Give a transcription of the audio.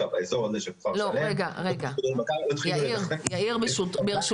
באזור הזה של כפר שלם --- יאיר ברשותך,